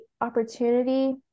opportunity